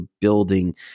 building